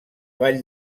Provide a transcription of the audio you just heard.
vall